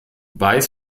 weiß